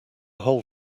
whole